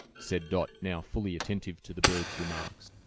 said dot, now fully attentive to the bird's remarks.